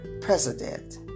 president